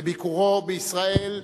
בביקורו בישראל.